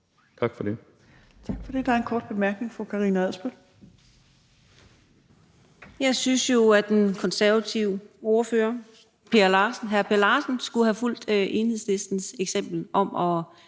Tak for det.